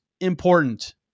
important